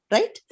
Right